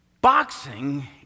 boxing